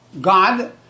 God